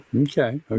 Okay